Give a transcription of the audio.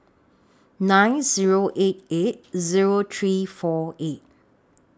nine Zero eight eight Zero three four eight